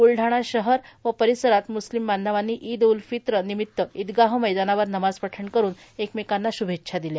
ब्लढाणा शहर आणि परिसरात म्स्लिम बांधवांनी ईद उल फित्र निमित्त ईदगाह मैदानावर नमाज पठण करून एकमेकांना श्भेच्छा दिल्या